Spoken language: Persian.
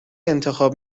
انتخاب